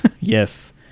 Yes